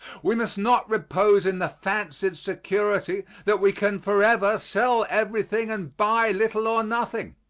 we must not repose in the fancied security that we can forever sell everything and buy little or nothing.